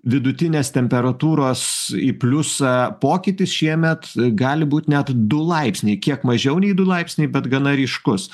vidutinės temperatūros į pliusą pokytis šiemet gali būt net du laipsniai kiek mažiau nei du laipsniai bet gana ryškus